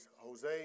Jose